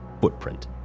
footprint